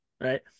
Right